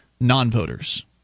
non-voters